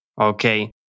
okay